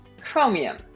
Chromium